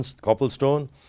Copplestone